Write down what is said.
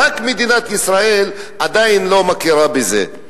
רק מדינת ישראל עדיין לא מכירה בזה.